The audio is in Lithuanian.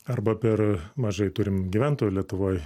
arba per mažai turim gyventojų lietuvoj